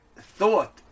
thought